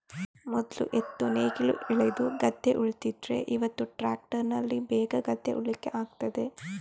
ಮೊದ್ಲು ಎತ್ತು ನೇಗಿಲು ಎಳೆದು ಗದ್ದೆ ಉಳ್ತಿದ್ರೆ ಇವತ್ತು ಟ್ರ್ಯಾಕ್ಟರಿನಲ್ಲಿ ಬೇಗ ಗದ್ದೆ ಉಳ್ಳಿಕ್ಕೆ ಆಗ್ತದೆ